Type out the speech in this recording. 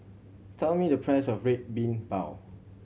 tell me the price of Red Bean Bao